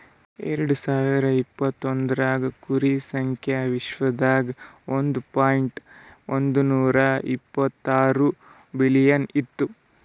ಎರಡು ಸಾವಿರ ಇಪತ್ತೊಂದರಾಗ್ ಕುರಿ ಸಂಖ್ಯಾ ವಿಶ್ವದಾಗ್ ಒಂದ್ ಪಾಯಿಂಟ್ ಒಂದ್ನೂರಾ ಇಪ್ಪತ್ತಾರು ಬಿಲಿಯನ್ ಇತ್ತು